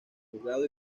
juzgado